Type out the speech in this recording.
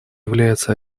является